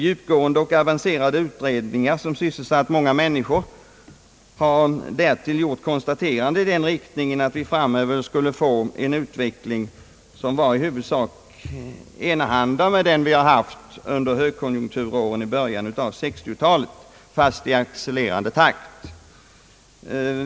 Djupgående och avancerade utredningar, som sysselsatt många mäniskor, har därtill gjort konstateranden i den riktningen att vi framöver skulle få en utveckling i huvudsak enahanda med den vi haft under högkonjunkturåren i början av 1960-talet men i accelererande takt.